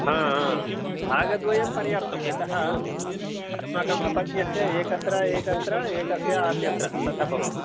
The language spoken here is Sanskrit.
भागद्वयं पर्याप्तं यतः अस्माकम् अपत्यस्य एकत्र एकत्र एकस्य अन्यत्र तथा भवति